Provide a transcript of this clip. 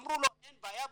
אמרו לו "אין בעיה תמשיך".